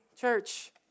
church